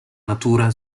natura